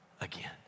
again